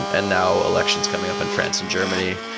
and now, elections coming up in france and germany,